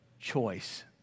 choice